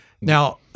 Now